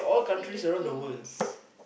Philippines